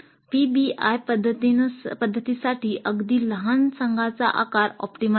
PBI पध्दतीसाठी अगदी लहान संघाचा आकार ऑप्टिमल आहे